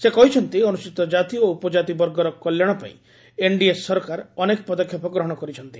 ସେ କହିଛନ୍ତି ଅନୁସ୍ଚୀତ କାତି ଓ ଉପକାତି ବର୍ଗର କଲ୍ୟାଣ ପାଇଁ ଏନ୍ଡିଏ ସକରାର ଅନେକ ପଦକ୍ଷେପ ଗ୍ରହଣ କରିଛନ୍ତି